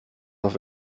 auf